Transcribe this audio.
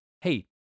hey